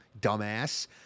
dumbass